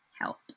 help